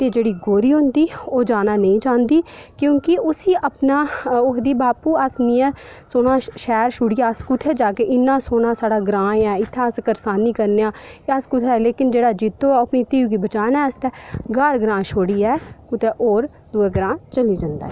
ते जेह्ड़ी कौड़ी होंदी ओह् जाना नेईं चाह्ंदी क्योंकि उसी अपना ओह् आखदी बापू अस नेहा सोह्ना शैह्र छोड़ियै अस कुत्थें जाह्गे इन्ना सोह्ना साढ़ा ग्रांऽ ऐ इत्थें अस करसानी करने आं ते अस कुत्थें लेकिन जेह्ड़ा जित्तो ऐ ओह् अपनी ध्यू गी बचाने आस्तै ग्हार ग्रांऽ छोड़ियै कुतै होर दूए ग्रांऽ चली जंदा ऐ